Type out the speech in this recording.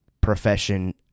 profession